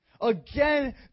again